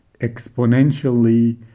exponentially